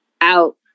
out